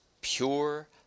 pure